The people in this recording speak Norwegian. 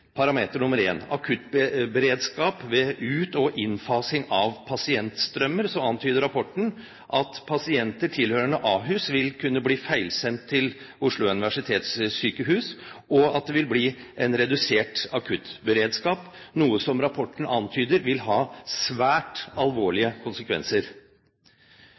parameter nr. 1, akuttberedskap ved ut- og innfasing av pasientstrømmer, antyder rapporten at pasienter tilhørende Ahus vil kunne bli feilsendt til Oslo universitetssykehus, og at det vil bli en redusert akuttberedskap, noe som rapporten antyder vil ha svært alvorlige konsekvenser.